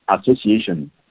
association